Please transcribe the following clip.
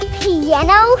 piano